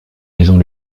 maisons